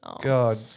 God